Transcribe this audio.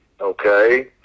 okay